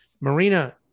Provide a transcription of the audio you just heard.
Marina